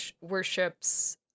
worships